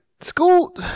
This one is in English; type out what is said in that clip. School